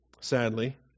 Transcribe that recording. sadly